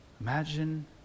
Imagine